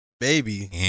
Baby